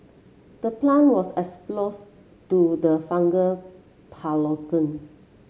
the plant was exposed to the fungal pathogen